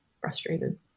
frustrated